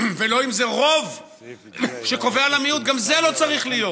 ולא אם זה רוב שקובע למיעוט, גם זה לא צריך להיות.